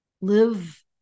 live